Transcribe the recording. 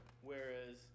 whereas